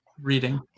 reading